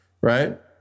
right